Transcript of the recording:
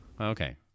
Okay